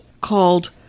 called